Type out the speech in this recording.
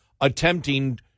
attempting